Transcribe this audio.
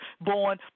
born